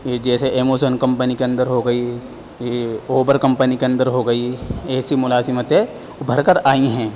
یہ جیسے Amazon company کے اندر ہو گئی اوبر کمپنی کے اندر ہو گئی ایسی ملازمتیں ابھر کر آئی ہیں